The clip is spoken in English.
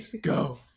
Go